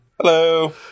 Hello